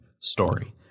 story